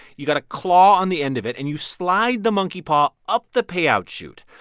you've got a claw on the end of it. and you slide the monkey paw up the payout chute.